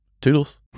Toodles